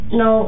no